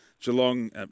Geelong